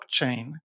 blockchain